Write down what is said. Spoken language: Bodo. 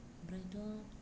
ओमफ्रायथ'